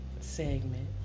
segment